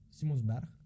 Simonsberg